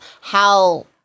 how-